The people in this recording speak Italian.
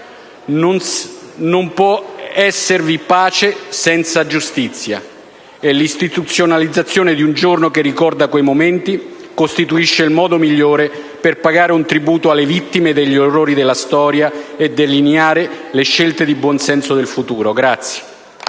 Non può esservi pace senza giustizia. E l'istituzionalizzazione di un giorno che ricorda quei momenti costituisce il modo migliore per pagare un tributo alle vittime degli orrori della storia e delineare le scelte di buonsenso del futuro.